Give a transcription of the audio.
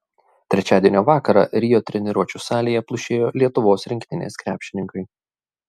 trečiadienio vakarą rio treniruočių salėje plušėjo lietuvos rinktinės krepšininkai